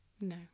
No